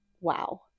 wow